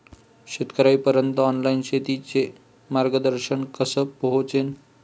शेतकर्याइपर्यंत ऑनलाईन शेतीचं मार्गदर्शन कस पोहोचन?